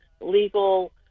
legal